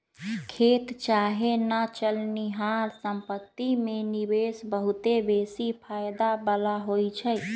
खेत चाहे न चलनिहार संपत्ति में निवेश बहुते बेशी फयदा बला होइ छइ